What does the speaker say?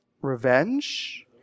revenge